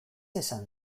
esan